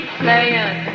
playing